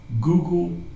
Google